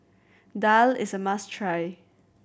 daal is a must try